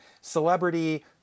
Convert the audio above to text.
celebrity